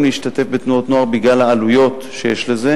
להשתתף בפעילות תנועות הנוער בגלל העלויות שיש לזה,